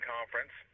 Conference